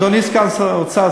אדוני סגן שר האוצר,